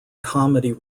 comedy